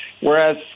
Whereas